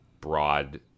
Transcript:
Broad